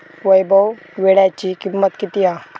वैभव वीळ्याची किंमत किती हा?